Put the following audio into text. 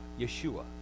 Yeshua